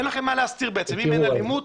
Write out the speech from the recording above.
אם אין אלימות,